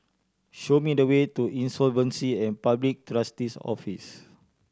show me the way to Insolvency and Public Trustee's Office